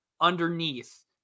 underneath